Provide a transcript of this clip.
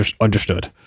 Understood